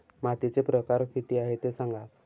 मातीचे प्रकार किती आहे ते सांगा